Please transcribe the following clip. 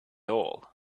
all